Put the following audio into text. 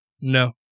No